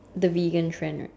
the vegan trend right